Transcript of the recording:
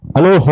Hello